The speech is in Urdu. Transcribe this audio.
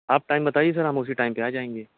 آپ ٹائم بتائیے سر ہم اسی ٹائم پہ آ جائیں گے